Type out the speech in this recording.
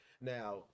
Now